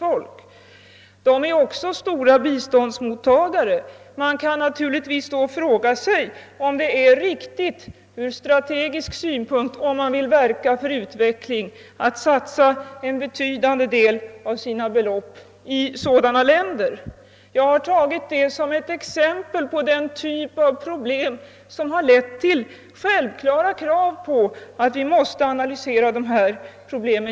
Etiopien är också en stor biståndsmottagare. Man kan naturligtvis då fråga sig om det är riktigt, från strategisk synpunkt, om man vill verka för utveckling, att satsa en betydande del av beloppen i sådana länder. Jag har tagit upp detta som ett exempel på den typ av problem som har lett till självklara krav på en djupare analys av dessa problem.